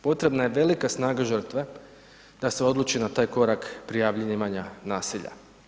Potrebna je velika snaga žrtve da se odluči na taj korak prijavljivanja nasilja.